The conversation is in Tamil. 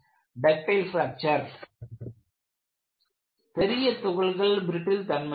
டக்ட்டில் பிராக்சர் பெரிய துகள்கள் பிரட்டில் தன்மை உடையவை